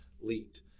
leaked